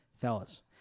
fellas